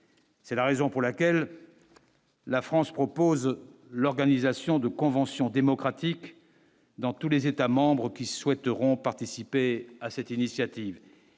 C'est la raison pour laquelle. La France propose l'organisation de convention démocratique dans tous les États membres qui souhaiteront participer à cette initiative,